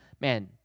Man